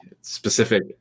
specific